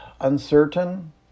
uncertain